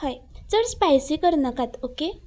हय चड स्पायसी करनाकात ओके